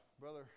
Brother